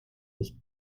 licht